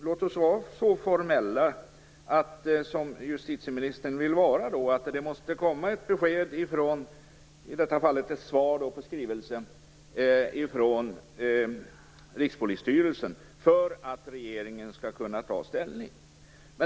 Låt oss vara så formella som justitieministern vill vara och säga att det måste komma ett svar på skrivelsen ifrån Rikspolisstyrelsen för att regeringen skall kunna ta ställning.